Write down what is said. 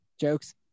jokes